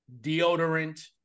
deodorant